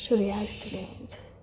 સૂર્યાસ્તની હોય છે